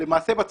למעשה בצפון.